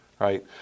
right